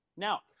Now